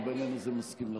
אני בעניין הזה מסכים לחלוטין.